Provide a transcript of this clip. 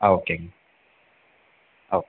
ஆ ஓகேங்க ஓக்